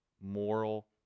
moral